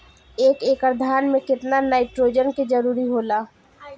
एक एकड़ धान मे केतना नाइट्रोजन के जरूरी होला?